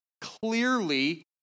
clearly